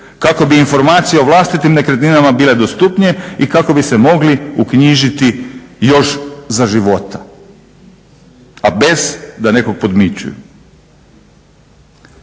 kako bi informacije o vlastitim nekretninama bile dostupnije i kako bi se mogli uknjižiti još za života, a bez da nekog podmićuju.